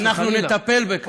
שאנחנו נטפל בכך.